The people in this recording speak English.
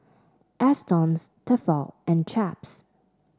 Astons Tefal and Chaps